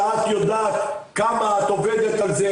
שאת יודעת כמה את עובדת על זה,